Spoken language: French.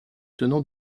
tenant